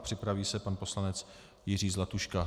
Připraví se pan poslanec Jiří Zlatuška.